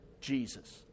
Jesus